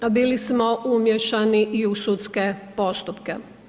Bili smo umiješani i u sudske postupke.